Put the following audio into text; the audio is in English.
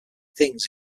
things